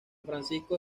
francisco